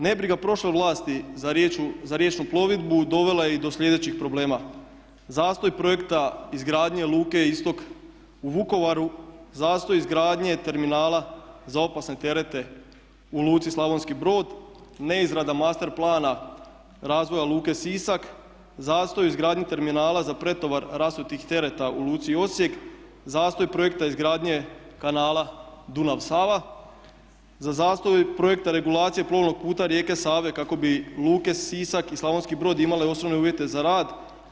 Nebriga prošle vlasti za riječnu plovidbu dovela je i do sljedećih problema, zastoj projekta izgradnje Luke istok u Vukovaru, zastoj izgradnje terminala za opasne terete u Luci Slavonski Brod, neizrada master plana razvoja Luke Sisak, zastoj u izgradnji terminala za pretovar rasutih tereta u Luci Osijek, zastoj projekta izgradnje kanala Dunav-Sava, zastoj prometa regulacije plovnog puta rijeke Save kako bi luke Sisak i Slavonski Brod imale osnovne uvjete za rad.